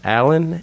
Alan